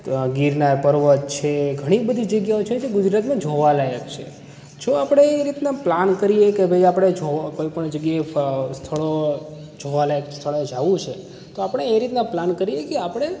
ત્યાં ગીરના પર્વત છે ઘણી બધી જગ્યાઓ છે જે ગુજરાતમાં જોવા લાયક છે જો આપણે એ રીતના પ્લાન કરીએ કે ભાઈ આપણે જોવો કોઈપણ જગ્યાએ સ્થળો જોવા લાયક સ્થળો જાઉં છે તો આપણે એ રીતના પ્લાન કરીએ કે આપણે